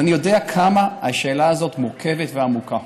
אז אני יודע כמה השאלה הזאת מורכבת ועמוקה.